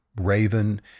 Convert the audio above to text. raven